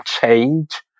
change